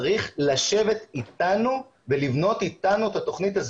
צריך לשבת איתנו ולבנות איתנו את התוכנית.